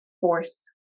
force